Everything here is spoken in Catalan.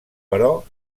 però